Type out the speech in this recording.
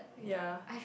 ya